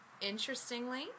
Interestingly